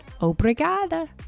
Obrigada